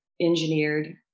engineered